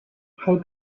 how